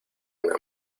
una